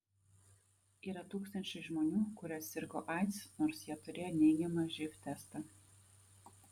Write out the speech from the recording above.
yra tūkstančiai žmonių kurie sirgo aids nors jie turėjo neigiamą živ testą